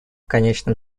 конечном